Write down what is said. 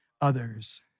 others